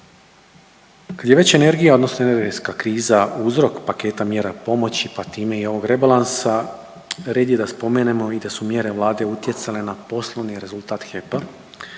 Kad je već energija, odnosno energetska kriza uzrok paketa mjera pomoći, pa time i ovog rebalansa red je da spomenemo i da su mjere Vlade utjecale na poslovni rezultat HEP-a,